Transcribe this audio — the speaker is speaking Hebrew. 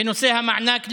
בנושא המענק לילדים.